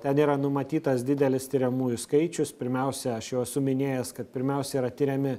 ten yra numatytas didelis tiriamųjų skaičius pirmiausia aš jau esu minėjęs kad pirmiausia yra tiriami